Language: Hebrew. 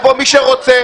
מי שרוצה,